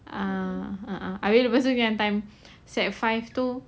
ah a'ah habis lepas tu time sec five tu